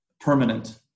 permanent